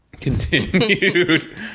continued